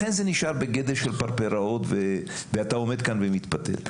לכן זה נשאר בגדר פרפראות, ואתה עומד כאן ומתפתל.